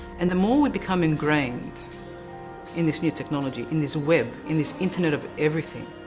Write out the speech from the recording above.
and the more we become ingrained in this new technology, in this web, in this internet of everything,